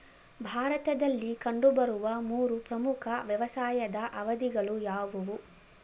ಭಾರತದಲ್ಲಿ ಕಂಡುಬರುವ ಮೂರು ಪ್ರಮುಖ ವ್ಯವಸಾಯದ ಅವಧಿಗಳು ಯಾವುವು?